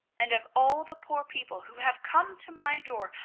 and of all the poor people who have come to my door,